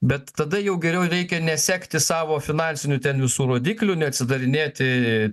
bet tada jau geriau reikia nesekti savo finansinių ten visų rodiklių neatsidarinėti